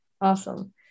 Awesome